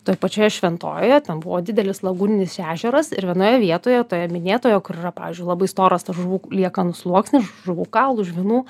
toj pačioje šventojoje ten buvo didelis lagūninis ežeras ir vienoje vietoje toje minėtoje kur yra pavyzdžiui labai storas tas žuvų liekanų sluoksnis žuvų kaulų žvynų